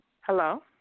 Hello